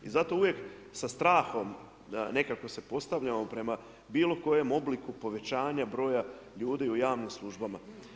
I zato uvijek sa strahom nekako se postavljamo prema bilo kojem obliku povećanja broja ljudi u javnim službama.